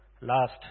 last